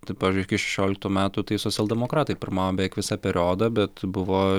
tai pavyzdžiui iki šešioliktų metų tai socialdemokratai pirmavo beveik visą periodą bet buvo